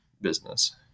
business